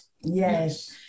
Yes